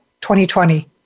2020